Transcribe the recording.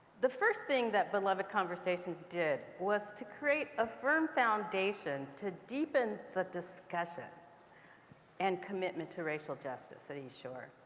the first thing that beloved conversations did was to create a firm foundation to deepen the discussion and commitment to racial justice at east shore.